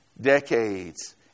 decades